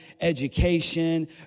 education